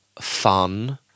fun